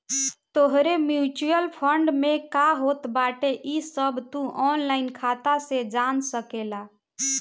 तोहरे mutual fund में का होत बाटे इ सब तू ऑनलाइन खाता से जान सकेला